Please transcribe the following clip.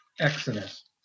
exodus